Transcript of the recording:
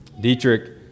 Dietrich